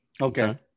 Okay